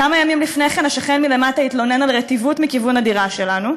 כמה ימים לפני כן השכן מלמטה התלונן על רטיבות מכיוון הדירה שלנו.